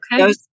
okay